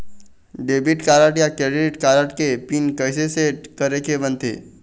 Debit card या credit card के PIN कइसे सेट करे के बनते?